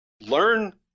Learn